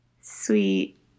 Sweet